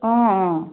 অঁ অঁ